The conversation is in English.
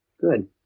Good